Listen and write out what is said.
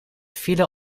file